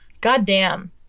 goddamn